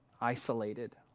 isolated